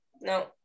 No